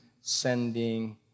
sending